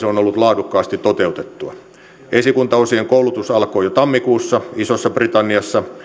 on ollut laadukkaasti toteutettua esikuntaosien koulutus alkoi jo tammikuussa isossa britanniassa